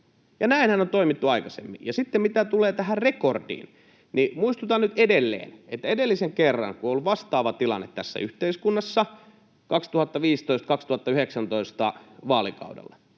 näinhän on toimittu aikaisemmin. Ja sitten, mitä tulee tähän rekordiin, muistutan nyt edelleen, että edellisen kerran, kun on ollut vastaava tilanne tässä yhteiskunnassa, vaalikaudella